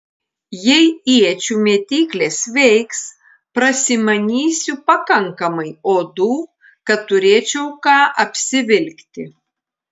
jei iečių mėtyklės veiks prasimanysiu pakankamai odų kad turėčiau ką apsivilkti